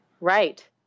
Right